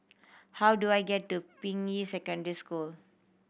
how do I get to Ping Yi Secondary School